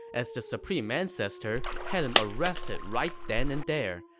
as the supreme ancestor had him arrested right then and there.